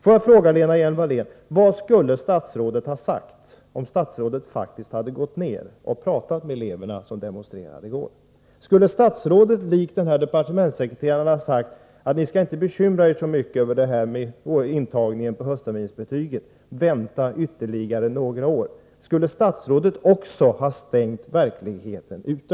Får jag fråga Lena Hjelm-Wallén: Vad skulle statsrådet ha sagt, om hon faktiskt hade pratat med de elever som demonstrerade i går? Skulle statsrådet i likhet med departementssekreteraren ha sagt att eleverna inte skulle bekymra sig så mycket över att intagningen gjorts på grundval av höstterminsbetyget, att de skulle vänta ytterligare några år? Skulle också statsrådet ha stängt verkligheten ute?